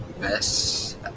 best